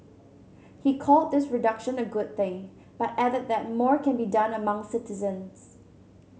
he called this reduction a good thing but added that more can be done among citizens